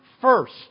first